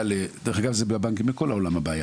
דרך אגב הבעיה הזאת בבנקים בכל העולם.